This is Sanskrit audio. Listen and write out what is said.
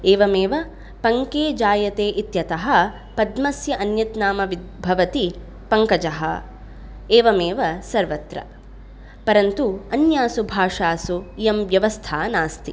एवमेव पङ्के जायते इत्यतः पद्मस्य अन्यद् नाम विद् भवति पङ्कजः एवमेव सर्वत्र परन्तु अन्यासु भाषासु इयं व्यवस्था नास्ति